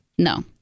no